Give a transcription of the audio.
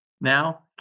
Now